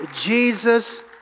Jesus